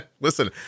Listen